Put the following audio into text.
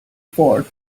fort